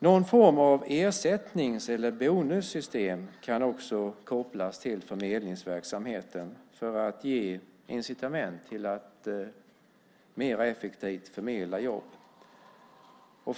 Någon form av ersättnings eller bonussystem kan också kopplas till förmedlingsverksamheten för att ge incitament till att mer effektivt förmedla jobb.